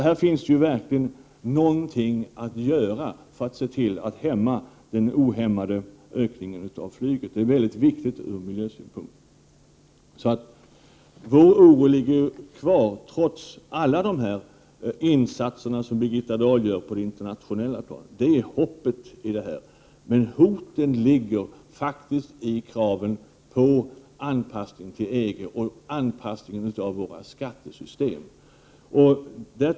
Här finns alltså verkligen någonting att göra för att se till att minska den ohämmade ökningen av flyget. Det är mycket viktigt ur miljösynpunkt. Vår oro finns alltså kvar, trots alla de insatser som Birgitta Dahl gör på det internationella planet. Detta är hoppet i denna fråga, men hoten ligger faktiskt i kraven på anpassningen av våra skattesystem till EG.